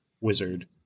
wizard